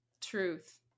truth